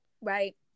Right